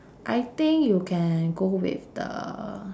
I think you can go with the